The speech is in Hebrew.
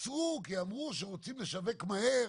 עצרו כי אמרו שרוצים לשווק מהר